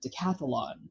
decathlon